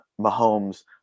Mahomes